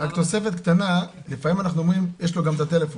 רק תוספת קטנה, לפעמים אנחנו אומרים יש את הטלפון.